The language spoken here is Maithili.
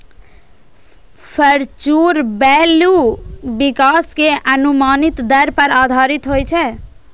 फ्यूचर वैल्यू विकास के अनुमानित दर पर आधारित होइ छै